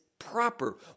proper